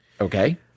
Okay